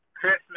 Christmas